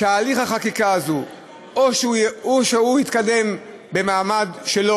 שדבר החקיקה הזה או שהוא יתקדם במעמד שלו,